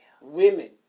women